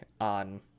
on